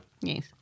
Yes